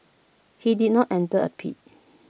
he did not enter A plea